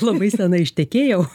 labai senai ištekėjau